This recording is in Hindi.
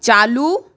चालू